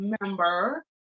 member